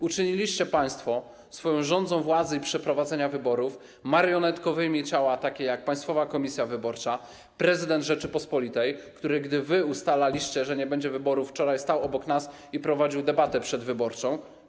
Uczyniliście państwo swoją rządzą władzy i przeprowadzenia wyborów marionetkowymi ciała takie jak Państwowa Komisja Wyborcza, prezydent Rzeczypospolitej, który, gdy wy ustalaliście, że nie będzie wyborów, wczoraj stał obok nas i prowadził debatę przedwyborczą.